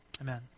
Amen